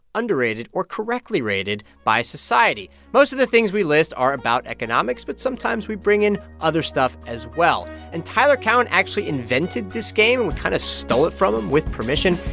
underrated or correctly rated by society. most of the things we list are about economics, but sometimes we bring in other stuff as well and tyler cowen actually invented this game. we kind of stole it from him with permission.